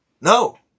No